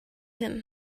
him